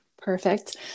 Perfect